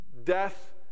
death